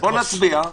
בוא נצביע.